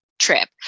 trip